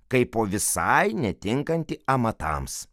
kaipo visai netinkantį amatams